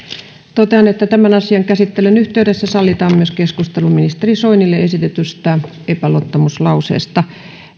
totean että tämän asian käsittelyn yhteydessä sallitaan keskustelu myös ministeri soinille esitetystä epäluottamuslauseesta